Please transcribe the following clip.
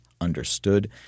understood –